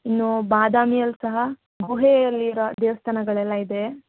ಇನ್ನು ಬಾದಾಮಿಯಲ್ಲಿ ಸಹ ಗುಹೆಯಲ್ಲಿ ಇರೊ ದೇವಸ್ಥಾನಗಳೆಲ್ಲ ಇದೆ